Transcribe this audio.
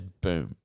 boom